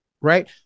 right